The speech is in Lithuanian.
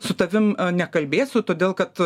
su tavim nekalbėsiu todėl kad